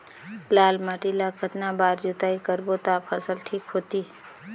लाल माटी ला कतना बार जुताई करबो ता फसल ठीक होती?